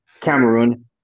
Cameroon